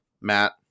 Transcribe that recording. Matt